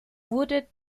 wurde